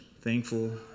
thankful